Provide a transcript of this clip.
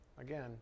Again